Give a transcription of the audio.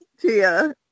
Tia